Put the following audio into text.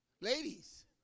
ladies